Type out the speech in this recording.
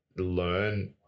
learn